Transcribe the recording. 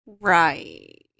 Right